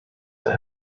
that